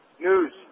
News